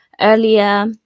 earlier